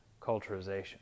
culturization